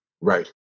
Right